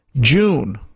June